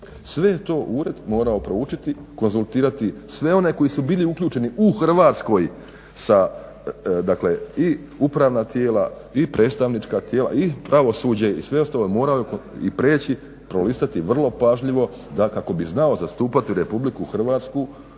je to ured morao proučiti, konzultirati sve one koji su bili uključeni u Hrvatskoj i upravna i predstavnička tijela i pravosuđe i sve ostalo, moralo je prijeći, prolistati vrlo pažljivo da kako bi znao zastupati RH pred Europskim